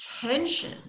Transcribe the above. tension